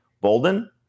Bolden